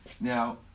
Now